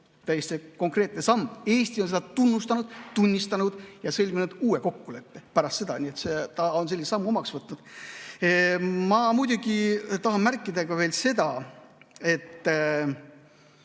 täiesti konkreetne samm. Eesti on seda tunnustanud, tunnistanud ja sõlminud uue kokkuleppe pärast seda. Nii et ta on selle sammu omaks võtnud. Ma muidugi tahan märkida veel seda, et